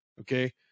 Okay